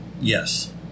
Yes